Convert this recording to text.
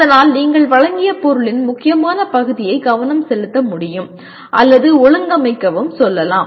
அதனால் நீங்கள் வழங்கிய பொருளின் முக்கியமான பகுதியை கவனம் செலுத்த முடியும் அல்லது ஒழுங்கமைக்கவும் சொல்லலாம்